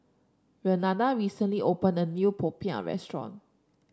Renada recently opened a new popiah restaurant